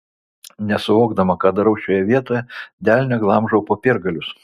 nesuvokdama ką darau šioje vietoje delne glamžau popiergalius